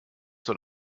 soll